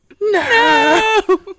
No